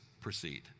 proceed